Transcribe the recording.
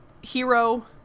hero